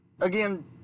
Again